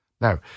Now